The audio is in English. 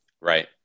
Right